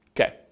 Okay